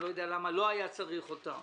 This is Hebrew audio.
אני לא יודע למה לא היה צריך אותה.